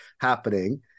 happening